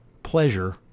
pleasure